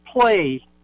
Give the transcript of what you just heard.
play